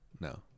No